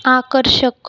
आकर्षक